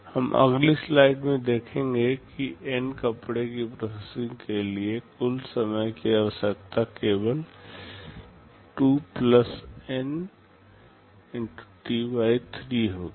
हम अगली स्लाइड में देखेंगे कि N कपड़े की प्रोसेसिंग के लिए कुल समय की आवश्यकता केवल 2 N T 3 होगी